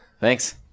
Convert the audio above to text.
Thanks